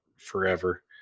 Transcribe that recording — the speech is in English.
forever